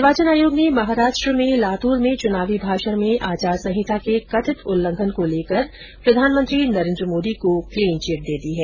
निर्वाचन आयोग ने महाराष्ट्र में लातूर में चुनावी भाषण में आचार संहिता के कथित उल्लंघन को लेकर प्रधानमंत्री नरेन्द्र मोदी को क्लीन चिट दे दी है